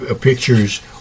pictures